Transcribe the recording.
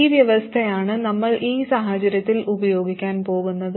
ഈ വ്യവസ്ഥയാണ് നമ്മൾ ഈ സാഹചര്യത്തിൽ ഉപയോഗിക്കാൻ പോകുന്നത്